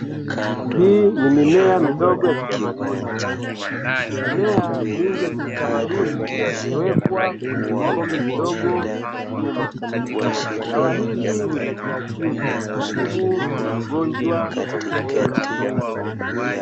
Hii ni mimea midogo ya kitamaduni, mimea mingi ya kitamaduni imewekwa kwenye vikombe vidogo vya chuma. Dawa hizi ni za kiasili hutibu magonjwa mengi.